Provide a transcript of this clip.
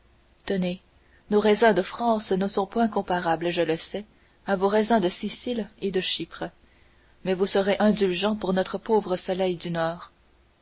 tenez nos raisins de france ne sont point comparables je le sais à vos raisins de sicile et de chypre mais vous serez indulgent pour notre pauvre soleil du nord